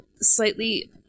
slightly